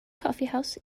coffeehouse